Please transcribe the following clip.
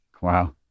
Wow